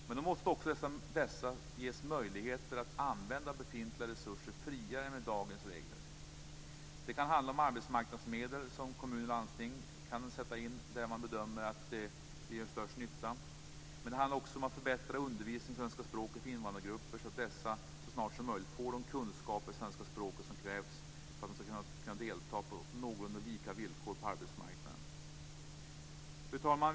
Men då måste man också på dessa nivåer ges möjlighet att använda befintliga resurser friare än med dagens regler. Det kan handla om arbetsmarknadsmedel som kommuner och landsting kan sätta in där man bedömer att det gör störst nytta, men det handlar också om att förbättra undervisningen i det svenska språket för invandrargrupper så att dessa så snart som möjligt får de kunskaper i det svenska språket som krävs för att man skall kunna delta på någorlunda lika villkor på arbetsmarknaden. Fru talman!